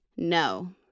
No